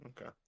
Okay